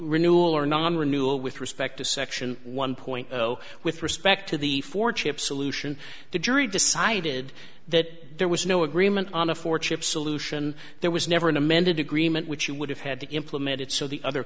renewal or non renewal with respect to section one point zero with respect to the four chip solution to jury decided that there was no agreement on a four chip solution there was never an amended agreement which you would have had to implement it so the other